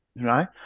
right